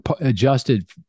adjusted